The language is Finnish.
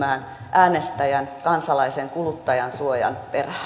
äänestäjän kansalaisen kuluttajansuojan perään